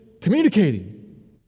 communicating